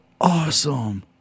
Awesome